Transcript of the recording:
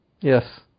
Yes